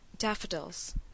Daffodils